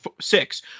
six